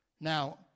Now